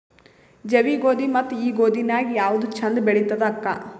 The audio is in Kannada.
ಜವಿ ಗೋಧಿ ಮತ್ತ ಈ ಗೋಧಿ ನ್ಯಾಗ ಯಾವ್ದು ಛಂದ ಬೆಳಿತದ ಅಕ್ಕಾ?